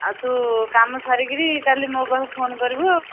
ଆଉ ତୁ କାମ ସାରିକିରି ତାହେଲେ ମୋ ପାଖକୁ ଫୋନ୍ କରିବୁ ଆଉ